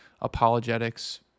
apologetics